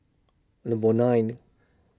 Number nine